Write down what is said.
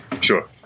Sure